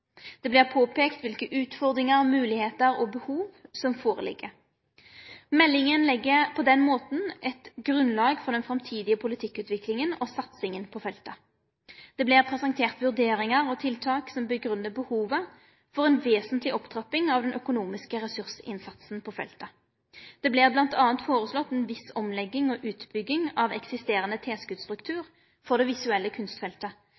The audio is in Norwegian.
Det vart påpeikt kva utfordringar, moglegheiter og behov som ligg føre. Meldinga legg på den måten eit grunnlag for den framtidige politikkutviklinga og satsinga på feltet. Det vert presentert vurderingar og tiltak som grunngjev behovet for ei vesentleg opptrapping av den økonomiske ressursinnsatsen på feltet. Det vert bl.a. føreslått ei viss omlegging og utbygging av eksisterande tilskotsstruktur på det visuelle kunstfeltet,